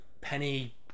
penny